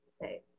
say